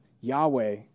Yahweh